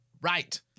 Right